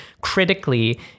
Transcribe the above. critically